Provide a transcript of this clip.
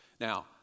Now